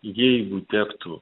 jeigu tektų